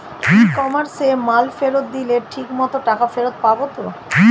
ই কমার্সে মাল ফেরত দিলে ঠিক মতো টাকা ফেরত পাব তো?